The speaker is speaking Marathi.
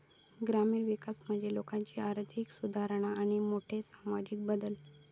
ग्रामीण विकास म्हणजे लोकांची आर्थिक सुधारणा आणि मोठे सामाजिक बदल